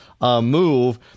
move